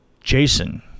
Jason